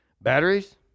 Batteries